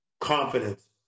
confidence